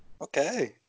Okay